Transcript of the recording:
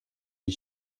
les